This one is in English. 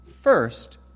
first